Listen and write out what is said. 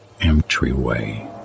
entryway